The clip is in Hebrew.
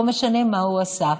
לא משנה מה הוא עשה.